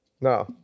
No